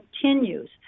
continues